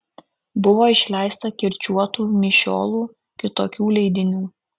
buvo išleista kirčiuotų mišiolų kitokių leidinių